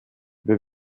wir